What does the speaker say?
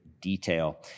detail